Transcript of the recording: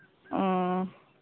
ᱚ